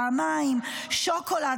פעמיים: שוקולד,